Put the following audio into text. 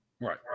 Right